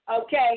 okay